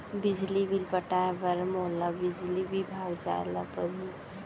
बिजली बिल पटाय बर का मोला बिजली विभाग जाय ल परही?